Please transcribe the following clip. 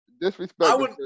Disrespectful